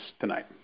tonight